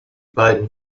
beiden